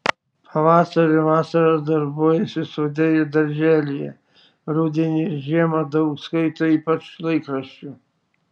pavasarį ir vasarą darbuojasi sode ir darželyje rudenį ir žiemą daug skaito ypač laikraščių